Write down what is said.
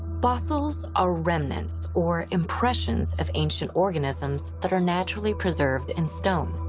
fossils are remnants or impressions of ancient organisms that are naturally preserved in stone.